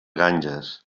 ganges